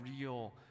real